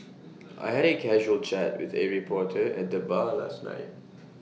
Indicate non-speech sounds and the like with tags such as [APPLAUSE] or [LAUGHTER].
[NOISE] I had A casual chat with A reporter at the bar last night